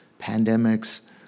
pandemics